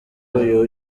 uyu